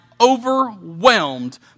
overwhelmed